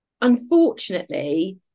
unfortunately